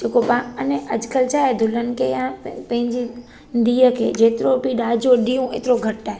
जेको पाणि अने अॼुकल्ह छा आहे दुल्हन खे या पंहिंजी धीअ खे जेतिरो बि ॾाजो ॾियूं एतिरो घटि आहे